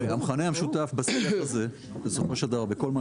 המכנה המשותף בשיח הזה בסופו של דבר בכל מה